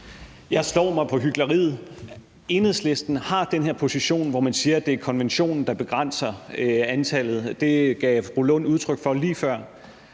Jeg slår mig på hykleriet. Enhedslisten har den her position, hvor man siger, at det er konventionen, der begrænser antallet. Det gav fru Rosa Lund udtryk for lige før.